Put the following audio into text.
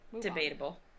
Debatable